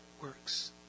works